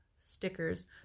stickers